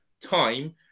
time